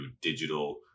digital